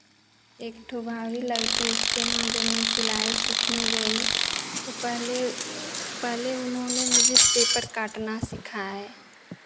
एक ठो भाभी लगती उसके यहाँ जब मैं सिलाई सीखने गई तो पहले पहले उन्होंने मुझे पेपर काटना सिखाए